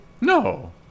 No